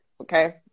Okay